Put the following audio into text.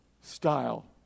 style